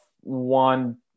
one